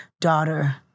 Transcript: daughter